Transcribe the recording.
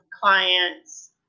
clients